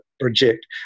project